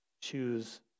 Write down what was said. choose